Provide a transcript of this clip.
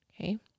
okay